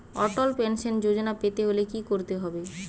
অটল pension Yojana পেতে হলে কি করতে হবে?